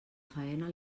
faena